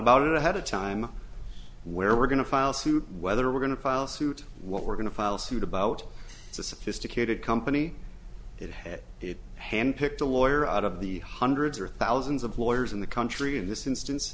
about it ahead of time where we're going to file suit whether we're going to file suit what we're going to file suit about it's a sophisticated company that had its hand picked a lawyer out of the hundreds or thousands of lawyers in the country in this instance